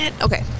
Okay